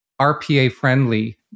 RPA-friendly